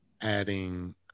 adding